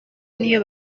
n’iyo